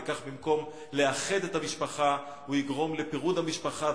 וכך במקום לאחד את המשפחה הוא יגרום לפירוד המשפחה,